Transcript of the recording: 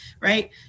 right